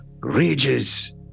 rages